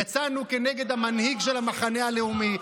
יצאנו כנגד המנהיג של המחנה הלאומי.